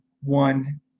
one